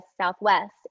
Southwest